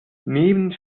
neben